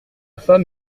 femme